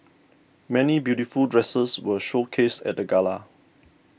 many beautiful dresses were showcased at the gala